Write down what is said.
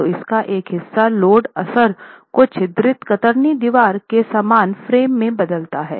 तो इसका एक हिस्सा लोड असर को छिद्रित कतरनी दीवार के समान फ्रेम में बदलता है